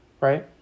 right